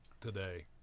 today